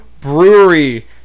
Brewery